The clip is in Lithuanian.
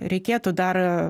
reikėtų dar